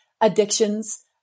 addictions